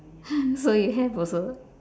so you have also